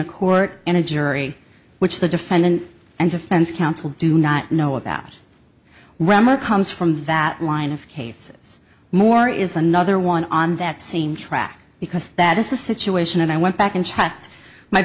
a court and a jury which the defendant and defense counsel do not know about rameau comes from that line of cases more is another one on that same track because that is the situation and i went back and checked my